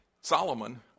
Solomon